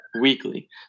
weekly